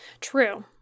True